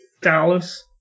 Dallas